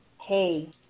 hey